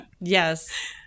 Yes